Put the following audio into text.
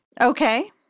Okay